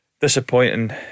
disappointing